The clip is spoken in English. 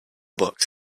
box